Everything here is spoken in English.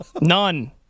None